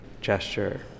gesture